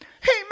Hey